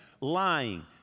Lying